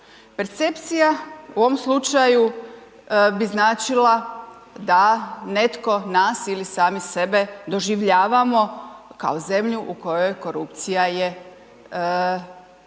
Percepcija u ovom slučaju bi značila da netko nas ili sami sebe doživljavamo kao zemlju u kojoj korupcija je model